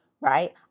Right